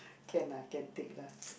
can lah can take lah